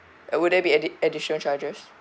would there be addi~ additional charges